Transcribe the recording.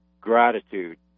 gratitude